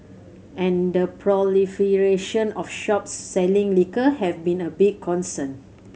and the proliferation of shops selling liquor have been a big concern